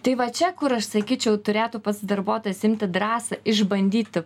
tai va čia kur aš sakyčiau turėtų pats darbuotojas imti drąsą išbandyti